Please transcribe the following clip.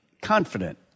confident